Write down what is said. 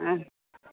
ആ